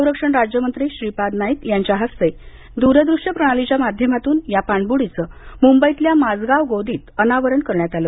संरक्षण राज्य मंत्री श्रीपाद नाईक यांच्या हस्ते दुरदृश्य प्रणालीच्या माध्यमातून या पाणबुडीचं मुंबईतल्या माझगाव गोदीत अनावरण करण्यात आलं